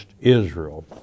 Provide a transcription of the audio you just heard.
Israel